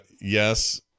yes